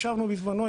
בזמנו,